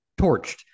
torched